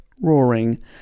roaring